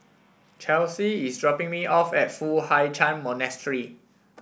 Chelsi is dropping me off at Foo Hai Ch'an Monastery